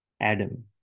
Adam